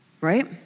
Right